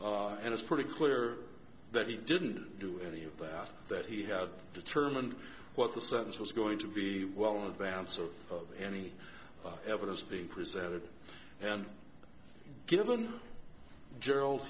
and it's pretty clear that he didn't do any of that that he had determined what the sentence was going to be well advance of any evidence being presented and given gerald